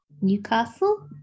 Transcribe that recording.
Newcastle